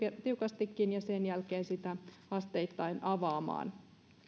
tiukastikin ja sen jälkeen asteittain pyritään avaamaan